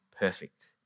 perfect